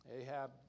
Ahab